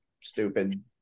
stupid